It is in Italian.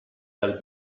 dal